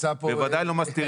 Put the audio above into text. אחריות מלאה ולאור דיונים